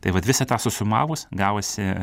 tai vat visą tą susumavus gavosi